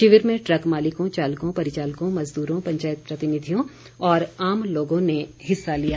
शिविर में ट्रक मालिकों चालकों परिचालकों मजदूरों पंचायत प्रतिनिधियों और आम लोगों ने हिस्सा लिया